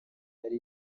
hari